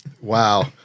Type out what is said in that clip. Wow